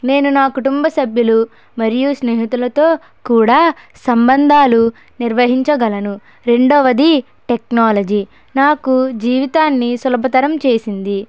నేను నా కుటుంబ సభ్యులు మరియు స్నేహితులతో కూడా సంబంధాలు నిర్వహించగలరు రెండవది టెక్నాలజీ నాకు జీవితాన్ని సులభతరం చేసింది